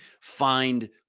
find